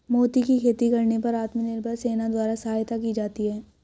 मोती की खेती करने पर आत्मनिर्भर सेना द्वारा सहायता की जाती है